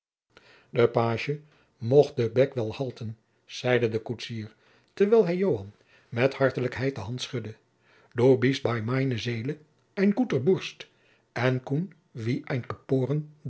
de pagie mocht den bek wel halten zeide de koetsier terwijl hij joan met hartelijkheid de hand schudde du bist bei meine seele ein gutter burst en koen wie